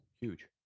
Huge